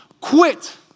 quit